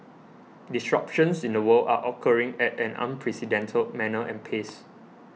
disruptions in the world are occurring at an unprecedented manner and pace